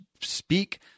speak